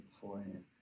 beforehand